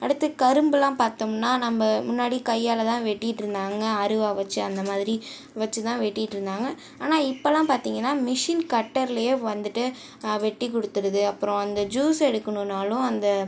அடுத்து கரும்பெலாம் பார்த்தோம்னா நம்ம முன்னாடி கையால் தான் வெட்டிட்ருந்தாங்க அருவாள் வச்சு அந்தமாதிரி வச்சு தான் வெட்டிட்ருந்தாங்க ஆனால் இப்போலாம் பார்த்தீங்கன்னா மிஷின் கட்டர்லேயே வந்துட்டு வெட்டி கொடுத்துருது அப்புறோம் அந்த ஜூஸ் எடுக்கணும்னாலும் அந்த